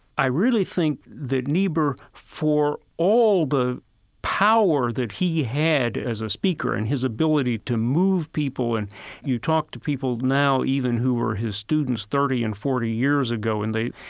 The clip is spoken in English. i really think that niebuhr, for all the power that he had as a speaker and his ability to move people, and you talk to people now even who were his students thirty and forty years ago, and they,